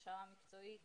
הכשרה מקצועית,